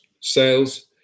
sales